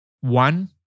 One